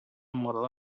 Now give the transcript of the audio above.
model